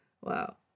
Wow